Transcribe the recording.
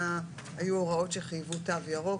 היו הוראות שחייבו תו ירוק,